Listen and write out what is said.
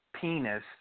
penis